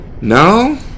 -"No